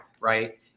right